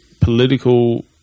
political